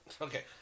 Okay